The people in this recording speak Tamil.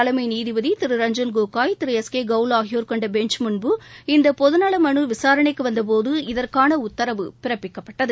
தலைமை நீதிபதி திரு ரஞ்சன் கோகோய் திரு எஸ் கே கவுல் ஆகியோர் கொண்ட பெஞ்ச் முன்பு இந்த பொதுநல மனு விசாரணைக்கு வந்தபோது இதற்கான உத்தரவு பிறப்பிக்கப்பட்டது